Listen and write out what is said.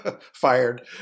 Fired